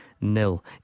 nil